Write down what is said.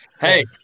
Hey